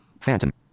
Phantom